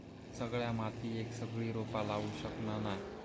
सगळ्या मातीयेत सगळी रोपा लावू शकना नाय